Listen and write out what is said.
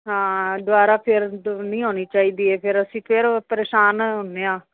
ਹਾਂ ਦੁਬਾਰਾ ਫਿਰ ਨਹੀਂ ਆਉਣੀ ਚਾਹੀਦੀ ਇਹ ਫਿਰ ਅਸੀਂ ਫਿਰ ਪ੍ਰੇਸ਼ਾਨ ਹੁੰਨੇ ਹਾਂ